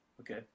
Okay